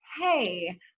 hey